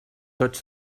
tots